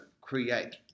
create